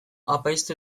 apaiztu